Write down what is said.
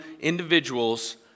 individuals